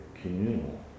communal